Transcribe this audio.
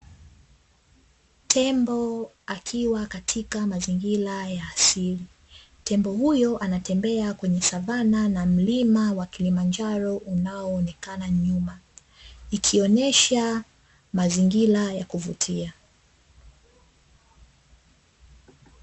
Tembo akiwa katika mazingira ya asili. Tembo huyo anatembea kwenye savana na mlima wa kilimanjaro unaoonekana nyuma, ikionesha mazingira ya kuvutia.